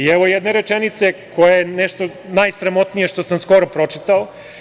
Evo jedne rečenice koja je nešto najsramotnije što sam skoro pročitao.